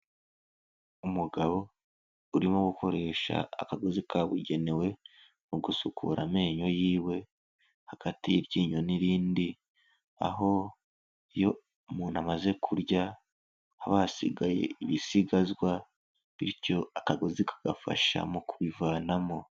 Umugabo urimo gukoresha akagozi kabugenewe mu gusukura amenyo yiwe, hagati y'iryinyo n'irindi, aho iyo umuntu amaze kurya, haba hasigaye ibisigazwa, bityo akagozi kagafasha mu kubivanamo.